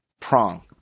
prong